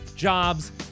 Jobs